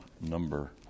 number